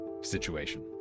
situation